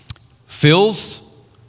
fills